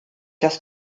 das